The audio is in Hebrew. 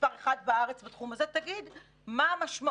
מספר אחד בארץ בתחום הזה תגיד מה המשמעות.